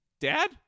Dad